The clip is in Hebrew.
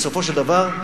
בסופו של דבר,